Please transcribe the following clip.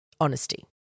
honesty